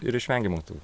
ir išvengiam o tų